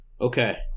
Okay